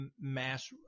mass